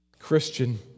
Christian